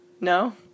No